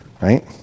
right